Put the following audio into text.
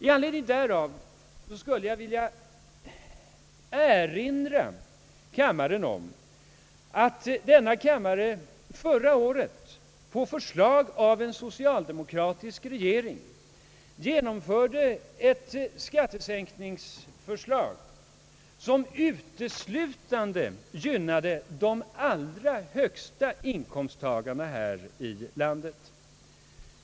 I anledning därav vill jag erinra kammaren om att denna kammare förra året på förslag av en socialdemokratisk regering genomförde ett skattesänkningsförslag som uteslutande gynnade de allra högsta inkomsttagarna här i landet.